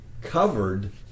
covered